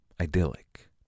idyllic